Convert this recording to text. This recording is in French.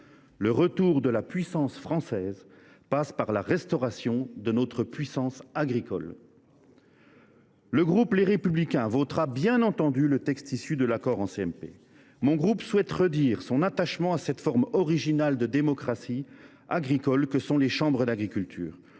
Le retour de la puissance française passe par la restauration de notre puissance agricole. Bravo ! Tout à fait ! Les membres du groupe Les Républicains voteront bien entendu le texte issu de l’accord en CMP. Ils veulent redire leur attachement à cette forme originale de démocratie agricole que sont les chambres d’agriculture